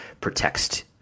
protects